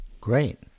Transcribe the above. Great